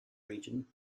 region